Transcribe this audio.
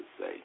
say